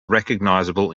recognizable